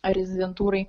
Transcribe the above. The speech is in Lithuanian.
ar rezidentūrai